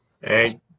Hey